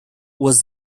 was